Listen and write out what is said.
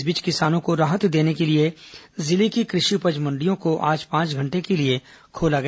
इस बीच किसानों को राहत देने के लिए जिले की कृषि उपज मंडियों को आज पांच घंटे को लिए खोला गया